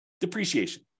depreciation